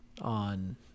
on